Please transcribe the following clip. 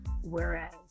Whereas